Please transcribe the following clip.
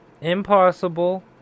impossible